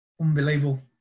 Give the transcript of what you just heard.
Unbelievable